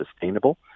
sustainable